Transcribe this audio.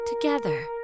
together